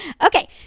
Okay